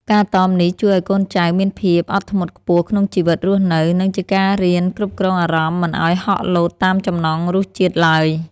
ការតមនេះជួយឱ្យកូនចៅមានភាពអត់ធ្មត់ខ្ពស់ក្នុងជីវិតរស់នៅ និង ជាការរៀនគ្រប់គ្រងអារម្មណ៍មិនឱ្យហក់លោតតាមចំណង់រសជាតិឡើយ។